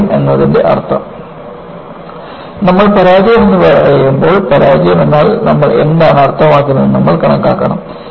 പരാജയം എന്നതിൻറെ അർത്ഥം നമ്മൾ പരാജയം എന്ന് പറയുമ്പോൾ പരാജയം എന്നാൽ നമ്മൾ എന്താണ് അർത്ഥമാക്കുന്നത് എന്ന് നമ്മൾ കണക്കാക്കണം